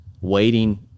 waiting